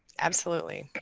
absolutely,